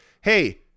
hey